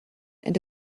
and